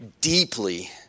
Deeply